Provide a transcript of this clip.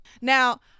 Now